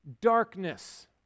darkness